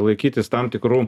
laikytis tam tikrų